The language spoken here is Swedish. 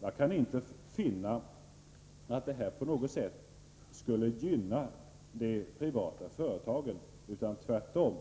Jag kan inte finna att detta på något sätt skulle gynna de privata företagen utan tvärtom: